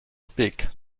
speak